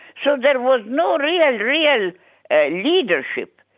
so there was no real, yeah and real and ah leadership.